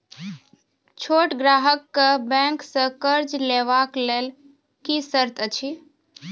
छोट ग्राहक कअ बैंक सऽ कर्ज लेवाक लेल की सर्त अछि?